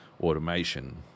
automation